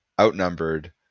outnumbered